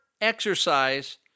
exercise